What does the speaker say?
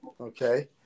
Okay